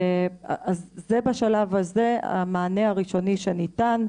זה בשלב הזה המענה הראשוני שניתן,